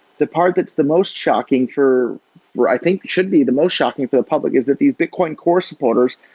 the part that's the most shocking for where i think it should be the most shocking for the public is that these bitcoin core supporters,